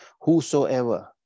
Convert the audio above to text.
whosoever